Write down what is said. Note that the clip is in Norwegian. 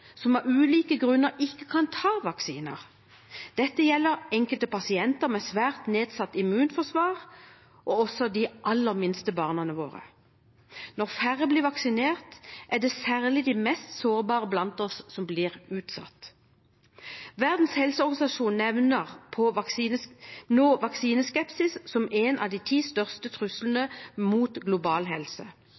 som av ulike grunner ikke kan ta vaksiner. Dette gjelder enkelte pasienter med svært nedsatt immunforsvar og også de aller minste barna våre. Når færre blir vaksinert, er det særlig de mest sårbare blant oss som blir utsatt. Verdens helseorganisasjon nevner nå vaksineskepsis som en av de ti største truslene mot global helse.